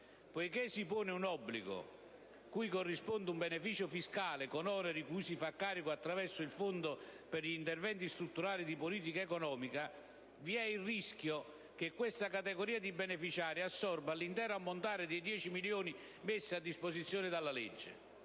Poiché si pone un obbligo, cui corrisponde un beneficio fiscale con oneri cui si fa carico attraverso il Fondo per gli interventi strutturali di politica economica, vi è il rischio che questa categoria di beneficiari assorba l'intero ammontare dei 10 milioni messi a disposizione dalla legge.